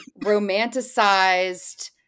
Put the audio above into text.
romanticized